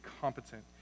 competent